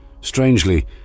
Strangely